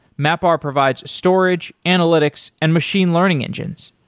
mapr provides storage, analytics and machine learning engines.